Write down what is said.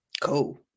Cool